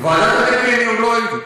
ועדת הנגבי, אני עוד לא הייתי.